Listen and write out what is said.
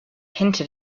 hinted